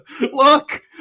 Look